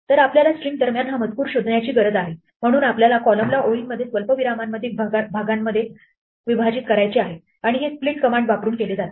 तर आपल्याला स्ट्रिंग दरम्यान हा मजकूर शोधण्याची गरज आहे म्हणून आपल्याला कॉलमला ओळींमध्ये स्वल्पविरामांमध्ये भागांमध्ये विभाजित करायचे आहे आणि हे स्प्लिट कमांड वापरून केले जाते